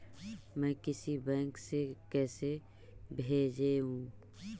मैं किसी बैंक से कैसे भेजेऊ